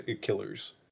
killers